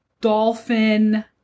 Dolphin